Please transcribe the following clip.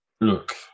look